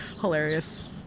hilarious